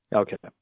okay